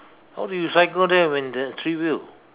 how do you cycle there when there three wheel